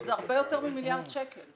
וזה הרבה יותר ממיליארד שקלים.